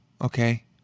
okay